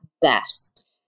best